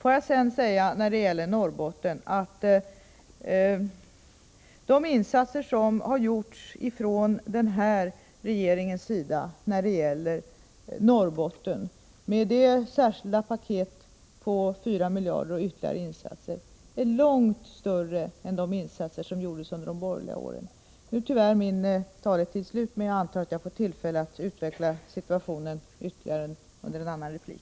De insatser för Norrbotten som har gjorts av den nuvarande regeringen med det särskilda paketet på 4 miljarder kronor jämte ytterligare insatser är långt större än de insatser som gjordes under de borgerliga åren. Min taletid är tyvärr slut, men jag antar att jag får tillfälle att utveckla situationen ytterligare i mitt nästa anförande.